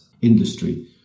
industry